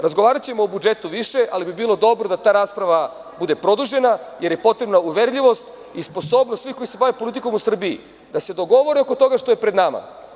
Razgovaraćemo o budžetu više, ali bi bilo dobro da ta rasprava bude produžena, jer je potrebna uverljivost i sposobnost svih koji se bave politikom u Srbiji da se dogovore oko toga što je pred nama.